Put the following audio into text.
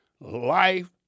life